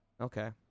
Okay